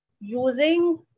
using